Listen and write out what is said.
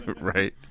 Right